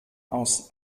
aus